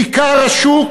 כיכר השוק